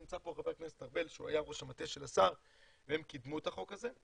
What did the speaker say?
ונמצא פה ח"כ ארבל שהוא היה ראש המטה של השר והם קידמו את החוק הזה.